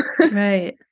Right